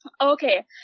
Okay